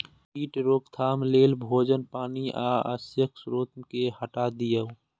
कीट रोकथाम लेल भोजन, पानि आ आश्रयक स्रोत कें हटा दियौ